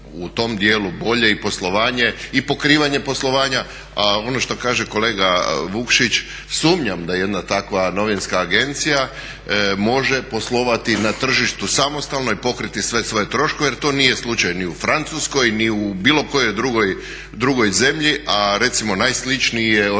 u tom dijelu bolje i poslovanje i pokrivanje poslovanja. A ono što kaže kolega Vukšić sumnjam da jedna takva novinska agencija može poslovati na tržištu samostalno i pokriti sve svoje troškove jer to nije slučaj ni u Francuskoj ni u bilo kojoj drugoj zemlji, a recimo najsličniji je organizacijski